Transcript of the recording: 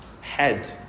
head